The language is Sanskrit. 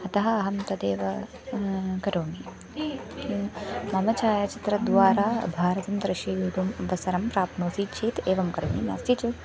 अतः अहं तदेव करोमि मम छायाचित्रद्वारा भारतं दर्शयितुम् अवसरं प्राप्नोति चेत् एवं करोमि नास्ति चेत्